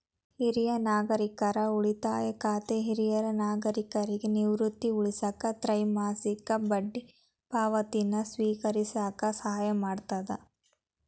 ಹಿರಿಯ ನಾಗರಿಕರ ಉಳಿತಾಯ ಖಾತೆ ಹಿರಿಯ ನಾಗರಿಕರಿಗಿ ನಿವೃತ್ತಿಗಾಗಿ ಉಳಿಸಾಕ ತ್ರೈಮಾಸಿಕ ಬಡ್ಡಿ ಪಾವತಿನ ಸ್ವೇಕರಿಸಕ ಸಹಾಯ ಮಾಡ್ತದ